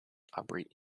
operate